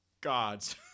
gods